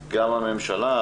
נוספים.